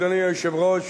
אדוני היושב-ראש,